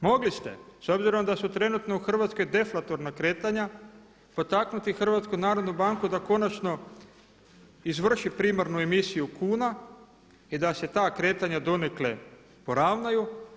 Mogli ste s obzirom da su trenutno u Hrvatskoj deflatorna kretanja potaknuti HNB da konačno izvrši primarnu emisiju kuna i da se ta kretanja donekle poravnaju.